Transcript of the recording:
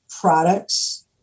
products